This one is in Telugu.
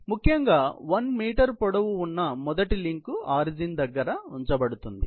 కాబట్టి ప్రాథమికంగా 1 మీటర్ పొడవు ఉన్న మొదటి లింక్ ఆరిజిన్ దగ్గర ఉంచబడుతుంది